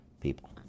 people